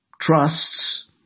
trusts